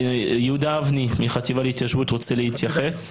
יהודה אבני מהחטיבה להתיישבות רוצה להתייחס.